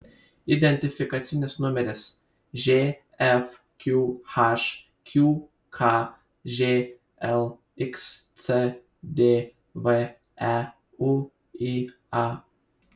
identifikacinis numeris žfqh qkžl xcdv euia